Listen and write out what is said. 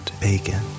bacon